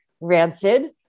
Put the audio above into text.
rancid